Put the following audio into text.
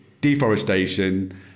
deforestation